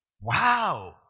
wow